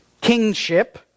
kingship